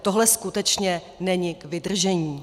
Tohle skutečně není k vydržení.